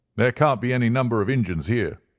there can't be any number of injuns here,